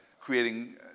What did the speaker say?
creating